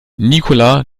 nicola